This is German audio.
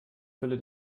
fülle